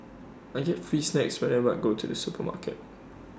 I get free snacks whenever I go to the supermarket